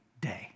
day